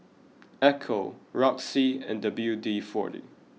Ecco Roxy and W D forty